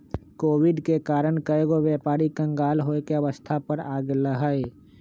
Covid के कारण कएगो व्यापारी क़ँगाल होये के अवस्था पर आ गेल हइ